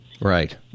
right